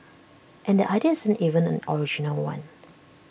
and the idea isn't even an original one